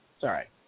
Sorry